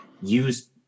use